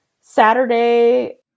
Saturday